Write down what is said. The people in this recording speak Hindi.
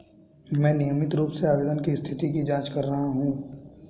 मैं नियमित रूप से आवेदन की स्थिति की जाँच कर रहा हूँ